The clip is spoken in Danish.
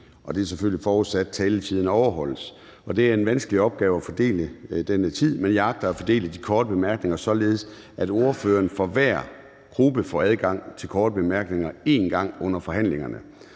Det er selvfølgelig, forudsat at taletiderne overholdes, og det er en vanskelig opgave at fordele denne tid, men jeg agter at fordele de korte bemærkninger, således at ordføreren for hver gruppe får adgang til korte bemærkninger én gang under forhandlingerne.